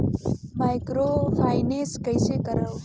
Microfinance कइसे करव?